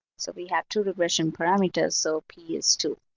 so we have two regression parameters, so p is two.